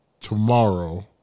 tomorrow